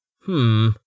Hmm